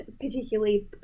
particularly